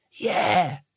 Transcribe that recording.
Yeah